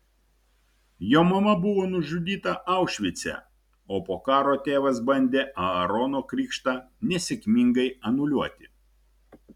jo mama buvo nužudyta aušvice o po karo tėvas bandė aarono krikštą nesėkmingai anuliuoti